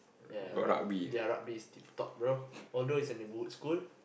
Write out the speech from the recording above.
ya ya rug~ their rugby is the top bro although it's a neighborhood school